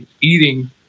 eating